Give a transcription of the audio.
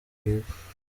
bwiza